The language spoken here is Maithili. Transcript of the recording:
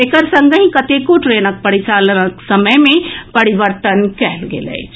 एकर संगहि कतेको ट्रेनक परिचालनक समय मे परिवर्तन कयल गेल अछि